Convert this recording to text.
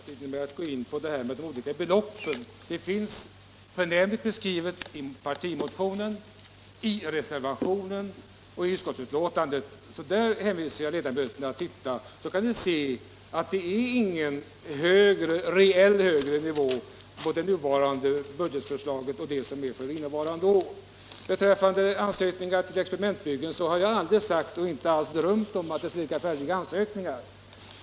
Herr talman! Jag skall inte använda kammarens tid till att gå in på de olika beloppen. Det hela finns beskrivet i partimotionen, i reservationen och i utskottsbetänkandet, och jag hänvisar ledamöterna till att titta där, så kan de se att det reellt inte är någon högre nivå på det nya budgetförslaget än på det som gäller för innevarande år. Beträffande ansökningar till experimentbyggen har jag aldrig sagt eller drömt om att det skulle finnas färdiga ansökningar.